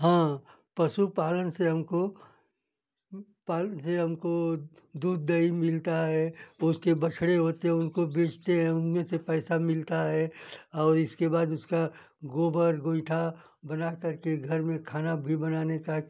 हाँ पशु पालन से हमको पालन से हमको दूध दही मिलता है उसके बछड़े होते उनको बेचते हैं उनमें से पैसा मिलता है और इसके बाद उसका गोबर गोइठा बनाकर के घर में खाना भी बनाने का एक